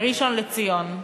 בראשון-לציון.